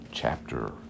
Chapter